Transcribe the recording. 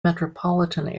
metropolitan